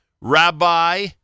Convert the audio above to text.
Rabbi